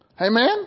Amen